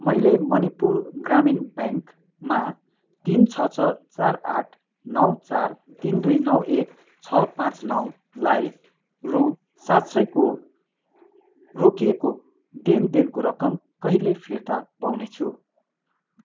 मैले मणिपुर ग्रामीण ब्याङ्कमा तिन छ छ चार आठ नौ चार तिन दुई नौ एक छ पाँच नौलाई रु सात सयको रोकिएको लेनदेनको रकम कहिले फिर्ता पाउनेछु